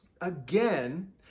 Again